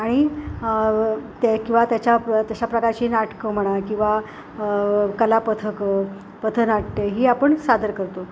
आणि ते किंवा त्याच्या प्र त्याच्या प्रकारची नाटकं म्हणा किंवा कलापथकं पथनाट्यं ही आपण सादर करतो